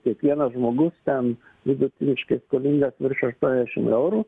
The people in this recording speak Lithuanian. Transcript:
kiekvienas žmogus ten vidutiniškai skolingas virš aštuoniasdešim eurų